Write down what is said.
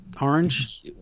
Orange